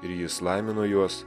ir jis laimino juos